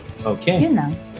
Okay